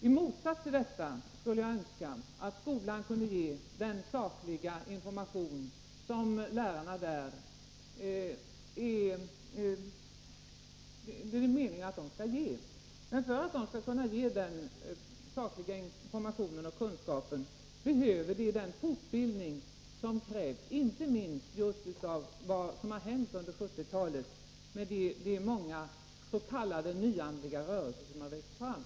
I motsats till detta skulle jag önska att dessa unga människor kunde få en saklig information i skolan, där det är meningen att lärarna skall kunna ge dem den. Men för att lärarna skall kunna ge denna sakliga informtion och kunskap behövs fortbildning, inte minst just på grund av vad som har hänt under 1970-talet, då många s.k. nyandliga rörelser har växt fram.